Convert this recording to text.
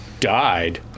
Died